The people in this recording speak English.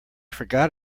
forgot